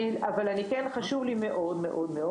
חשוב לי מאוד-מאוד,